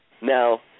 Now